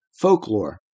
folklore